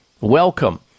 Welcome